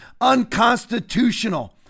unconstitutional